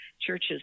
churches